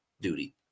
duty